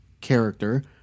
character